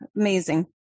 Amazing